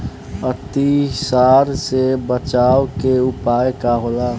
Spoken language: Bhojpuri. अतिसार से बचाव के उपाय का होला?